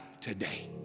today